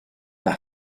par